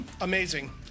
Amazing